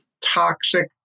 toxic